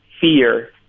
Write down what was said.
fear